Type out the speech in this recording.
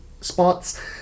spots